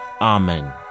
Amen